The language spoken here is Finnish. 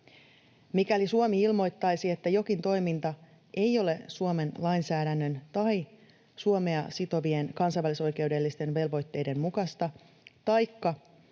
Mikäli Suomi ilmoittaisi, että jokin toiminta ei ole Suomen lainsäädännön tai Suomea sitovien kansainvälisoikeudellisten velvoitteiden mukaista